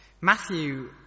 Matthew